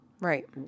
Right